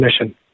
mission